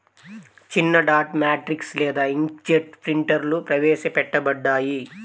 చిన్నడాట్ మ్యాట్రిక్స్ లేదా ఇంక్జెట్ ప్రింటర్లుప్రవేశపెట్టబడ్డాయి